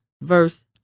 verse